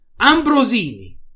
Ambrosini